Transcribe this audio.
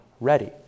ready